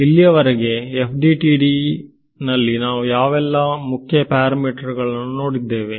ಇಲ್ಲಿಯವರೆಗೆ FDTD ನಲ್ಲಿ ನಾವು ಯಾವೆಲ್ಲಾ ಮುಖ್ಯ ಪರಮೀಟರ್ ಗಳನ್ನು ನೋಡಿದ್ದೇವೆ